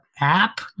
app